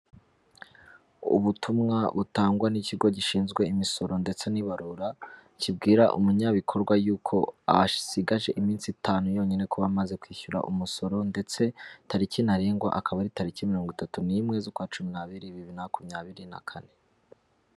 Ubutumwa butangwa n'ikigo gishinzwe imisoro ndetse n'ibarura, kibwira umunyabikorwa yuko asigaje iminsi itanu yonyine kuba amaze kwishyura umusoro ndetse tariki ntarengwa, akaba ari tariki mirongo itatu n'imwe z'ukwa cumi n'abiri bibiri na makumyabiri na kane.